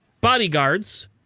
bodyguards